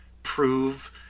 prove